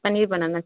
paneer बनाना